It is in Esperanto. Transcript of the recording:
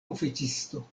oficisto